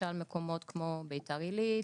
למשל מקומות כמו ביתר עילית,